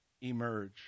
emerge